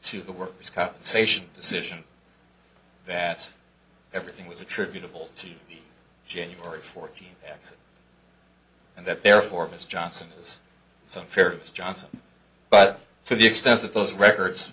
to the workers compensation decision that everything was attributable to january fourteenth and that therefore ms johnson is so unfair as johnson but to the extent that those records